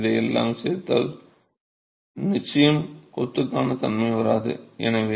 ஆனால் இதையெல்லாம் சேர்த்தால் நிச்சயம் கொத்துக்கான தன்மை வராது